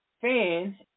fan